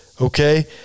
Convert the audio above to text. Okay